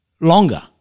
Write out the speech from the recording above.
longer